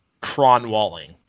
Cronwalling